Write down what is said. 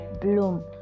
bloom